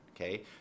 okay